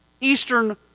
eastern